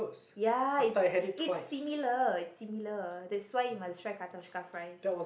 ya it's it's similar it's similar that's why you must try katoshka fries